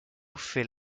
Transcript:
fait